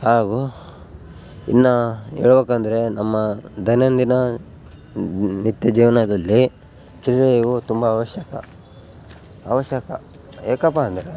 ಹಾಗು ಇನ್ನು ಹೇಳ್ಬೇಕಂದ್ರೆ ನಮ್ಮ ದೈನಂದಿನ ನಿತ್ಯ ಜೀವನದಲ್ಲಿ ಕ್ರೀಡೆಗಳು ತುಂಬ ಅವಶ್ಯಕ ಅವಶ್ಯಕ ಯಾಕಪ್ಪ ಅಂದರೆ